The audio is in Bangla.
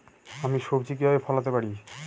আমি সবজি কিভাবে ফলাতে পারি?